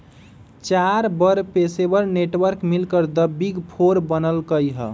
चार बड़ पेशेवर नेटवर्क मिलकर द बिग फोर बनल कई ह